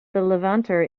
levanter